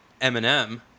Eminem